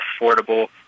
affordable